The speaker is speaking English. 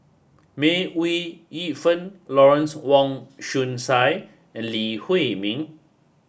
May Ooi Yu Fen Lawrence Wong Shyun Tsai and Lee Huei Min